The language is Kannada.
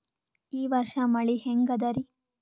ಈ ವರ್ಷ ಮಳಿ ಹೆಂಗ ಅದಾರಿ?